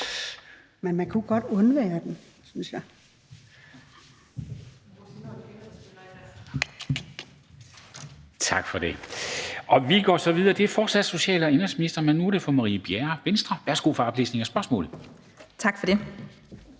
Men man kunne godt undvære det, synes jeg).